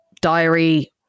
diary